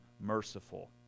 merciful